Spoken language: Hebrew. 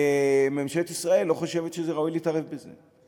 וממשלת ישראל לא חושבת שראוי להתערב בזה.